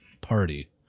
party